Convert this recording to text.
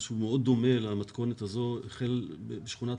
משהו מאוד דומה למתכונת הזאת בשכונת